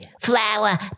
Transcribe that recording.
Flower